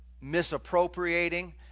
misappropriating